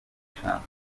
gishanga